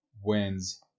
wins